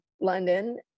London